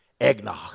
Eggnog